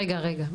רגע רגע.